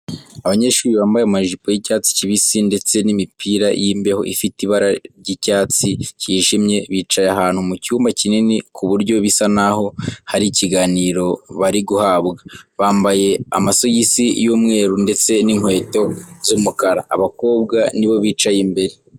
Abanyeshuri bambaye amajipo y'icyatsi kibisi ndetse n'imipira y'imbeho ifite ibara r'icyatdi kijimye bicaye ahantu mu cyumba kinini ku buryo bisa n'aho hari ikiganiro bari guhabwa. Bambaye amasogisi y'umwetu ndetse n'inkewto z'umukara. Abakobwa ni bo bicaye imbere.